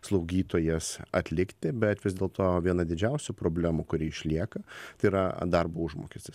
slaugytojas atlikti bet vis dėlto viena didžiausių problemų kuri išlieka tai yra darbo užmokestis